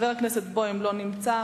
חבר הכנסת בוים, לא נמצא.